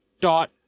dot